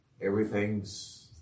everything's